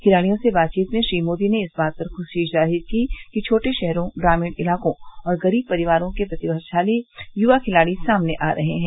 खिलाड़ियों से बातवीत में श्री मोदी ने इस बात पर खुशी जाहिर की कि छोटे शहरों ग्रामीण इलाकों और गरीब परिवारों के प्रतिभाशाली युवा खिलाड़ी सामने आ रहे हैं